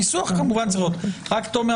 הניסוח צריך להיות -- תומר,